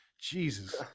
Jesus